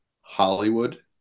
Hollywood